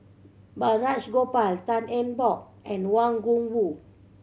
Balraj Gopal Tan Eng Bock and Wang Gungwu